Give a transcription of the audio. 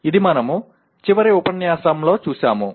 ఇది మనము చివరి ఉపన్యాసంలో చూశాము